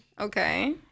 Okay